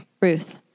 Ruth